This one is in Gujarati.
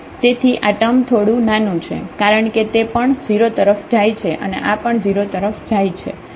તેથી આ ટર્મ થોડું નાનું છે કારણકે તે પણ 0 તરફ જાય છે અને આ પણ 0 તરફ જાય છે